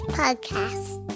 podcast